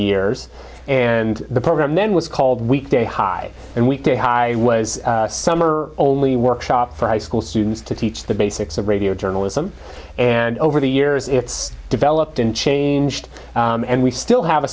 years and the program then was called weekday high and weekday high was summer only workshop for high school students to teach the basics of radio journalism and over the years it's developed in changed and we still have a